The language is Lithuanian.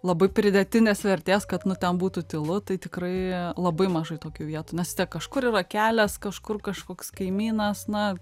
labai pridėtinės vertės kad nu ten būtų tylu tai tikrai labai mažai tokių vietų nes vis tiek kažkur yra kelias kažkur kažkoks kaimynas na